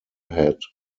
had